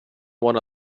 won